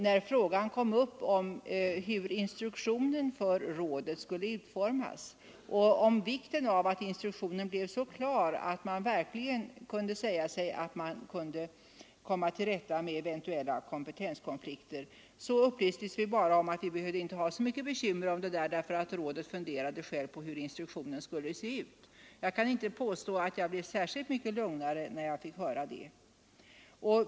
När vi kom in på hur instruktionen skulle utformas och talade om vikten av att instruktionen blir så klar, att man verkligen kan säga sig att det går att komma till rätta med eventuella kompetenskonflikter, upplystes vi bara om att vi inte behövde ha så mycket bekymmer om detta, för rådet funderade självt på hur instruktionen skulle se ut. Jag kan inte påstå att jag blev särskilt mycket lugnare när jag fick höra det.